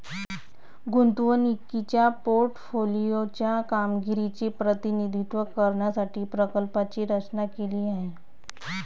गुंतवणुकीच्या पोर्टफोलिओ च्या कामगिरीचे प्रतिनिधित्व करण्यासाठी प्रकल्पाची रचना केली आहे